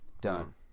done